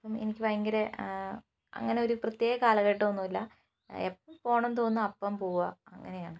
അപ്പം എനിക്ക് ഭയങ്കര അങ്ങനെ ഒരു പ്രത്യേക കാലഘട്ടം ഒന്നും ഇല്ല എപ്പോൾ പോകണം എന്നു തോന്നുന്നോ അപ്പം പോവുക അങ്ങനെയാണ്